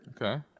Okay